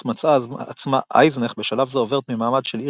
מצאה עצמה אייזנך בשלב זה עוברת ממעמד של עיר